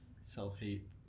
self-hate